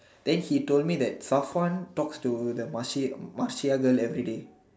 then he told me that Safwan talks to the Marci~ Marcia girl everyday